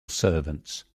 servants